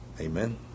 Amen